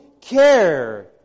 care